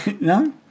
No